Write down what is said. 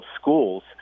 schools